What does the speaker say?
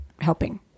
helping